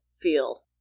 feel